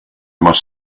must